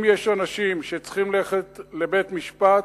אם יש אנשים שצריכים ללכת לבית-משפט,